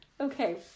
Okay